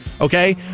okay